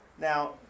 Now